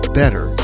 better